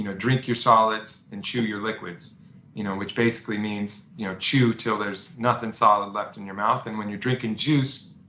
drink your solids and chew your liquids you know which basically means you know chew till there's nothing solid left in your mouth and when you're drinking juice,